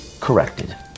corrected